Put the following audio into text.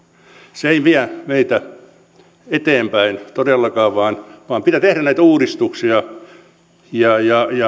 se ei vie meitä eteenpäin todellakaan vaan pitää tehdä näitä uudistuksia ja